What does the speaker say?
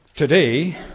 Today